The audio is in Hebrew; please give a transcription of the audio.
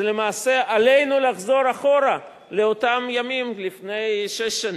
למעשה עלינו לחזור אחורה לאותם ימים לפני שש שנים,